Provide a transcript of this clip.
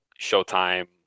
Showtime